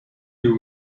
there